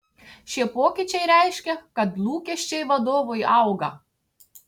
šie pokyčiai reiškia kad lūkesčiai vadovui auga